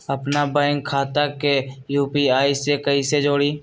अपना बैंक खाता के यू.पी.आई से कईसे जोड़ी?